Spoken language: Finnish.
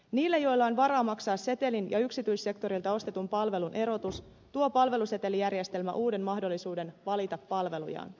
niille joilla on varaa maksaa setelin ja yksityissektorilta ostetun palvelun erotus tuo palvelusetelijärjestelmä uuden mahdollisuuden valita palvelujaan